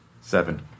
Seven